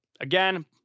again